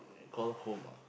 call home ah